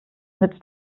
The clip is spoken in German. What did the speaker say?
nützt